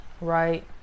right